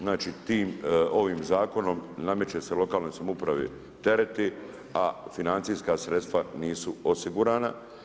Znači tim, ovim zakonom nameće se lokalnoj samoupravi tereti a financijska sredstva nisu osigurana.